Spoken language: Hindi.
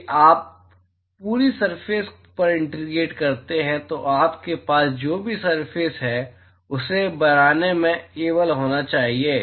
यदि आप पूरी सरफेस पर इंटीग्रेट करते हैं तो आपके पास जो भी सरफेस है उसे बनाने में एबल होना चाहिए